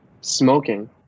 smoking